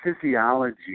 physiology